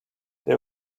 they